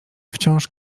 wciąż